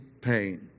pain